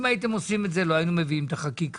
אם הייתם עושים את זה, לא היינו מביאים את החקיקה.